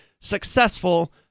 successful